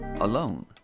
alone